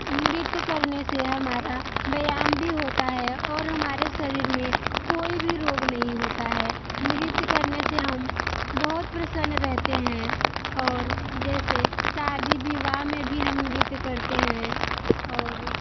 नृत्य करने से हमारा व्यायाम भी होता है और हमारे शरीर में कोई भी रोग नहीं होता है नृत्य करने से हम बहुत प्रसन्न रहते हैं और जैसे शादी विवाह में भी हम नृत्य करते हैं और